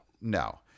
No